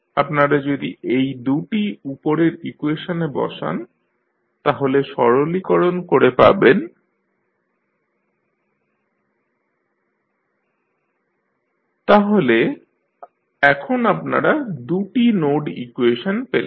আপনারা যদি এই দু'টি উপরের ইকুয়েশনে বসান তাহলে সরলীকরণ করে পাবেন IsC1sV1sV1sR11R2V1s V2sনোড1 01R2V2s V1sC2sV2s1sLV2নোড2 তাহলে এখন আপনারা দু'টি নোড ইকুয়েশন পেলেন